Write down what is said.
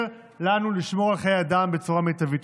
לנו לשמור על חיי אדם בצורה טובה יותר.